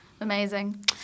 Amazing